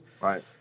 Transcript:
Right